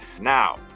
Now